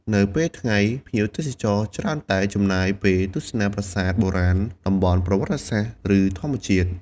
នៅពេលថ្ងៃ ភ្ញៀវទេសចរច្រើនតែចំណាយពេលទស្សនាប្រាសាទបុរាណ តំបន់ប្រវត្តិសាស្ត្រ ឬធម្មជាតិ។